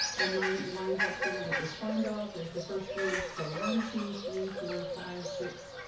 and mine lines up here with this bind off. there's the first ridge. so one, two, three, four, five, six,